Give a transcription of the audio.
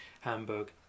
Hamburg